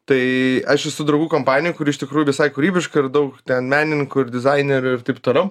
tai aš esu draugų kompanijoj kuri iš tikrųjų visai kūrybiška ir daug ten menininkų ir dizainerių ir taip toliau